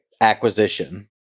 acquisition